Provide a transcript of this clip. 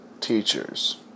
teachers